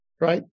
right